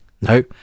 no